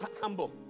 humble